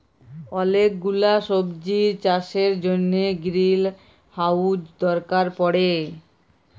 ওলেক গুলা সবজির চাষের জনহ গ্রিলহাউজ দরকার পড়ে